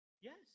Yes